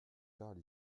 parle